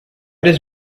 does